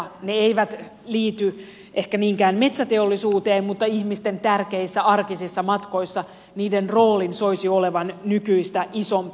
ne eivät liity ehkä niinkään metsäteollisuuteen mutta ihmisten tärkeissä arkisissa matkoissa niiden roolin soisi olevan nykyistä isompi